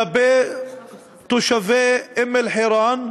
כלפי תושבי אום-אלחיראן,